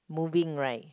moving right